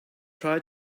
try